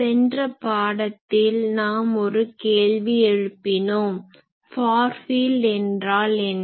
சென்ற பாடத்தில் நாம் ஒரு கேள்வி எழுப்பினோம் ஃபார் ஃபீல்ட் என்றால் என்ன